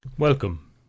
Welcome